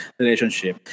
relationship